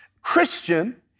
Christian